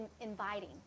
inviting